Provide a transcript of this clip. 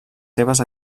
seves